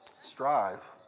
strive